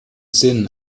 sinn